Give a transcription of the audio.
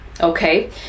okay